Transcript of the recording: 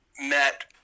met